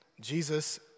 Jesus